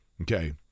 Okay